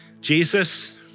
Jesus